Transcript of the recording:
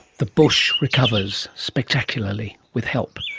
the bush recovers, spectacularly, with help.